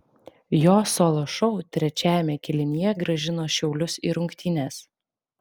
jo solo šou trečiajame kėlinyje grąžino šiaulius į rungtynes